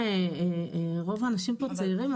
רוב האנשים פה צריכים,